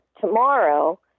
tomorrow